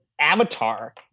Avatar